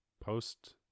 post